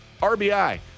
RBI